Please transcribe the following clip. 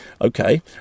okay